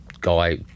guy